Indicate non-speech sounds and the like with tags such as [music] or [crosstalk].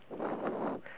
[breath]